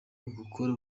ugukora